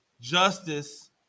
Justice